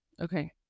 Okay